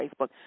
Facebook